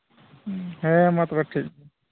ᱦᱩᱸ ᱦᱮᱸᱢᱟ ᱛᱚᱵᱮ ᱴᱷᱤᱠᱜᱮᱭᱟ